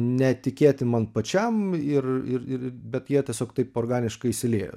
netikėti man pačiam ir ir ir bet jie tiesiog taip organiškai įsiliejo